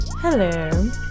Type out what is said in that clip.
hello